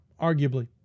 arguably